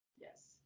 Yes